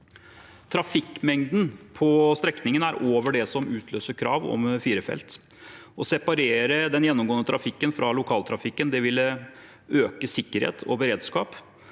Trafikkmengden på strekningen er over det som utløser krav om fire felt. Å separere den gjennomgående trafikken fra lokaltrafikken vil gi økt sikkerhet og beredskap,